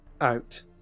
out